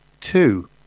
two